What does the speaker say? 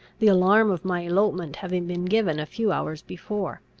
the alarm of my elopement having been given a few hours before.